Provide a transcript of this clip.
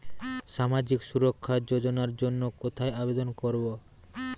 সামাজিক সুরক্ষা যোজনার জন্য কোথায় আবেদন করব?